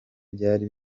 byari